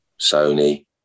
Sony